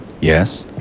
yes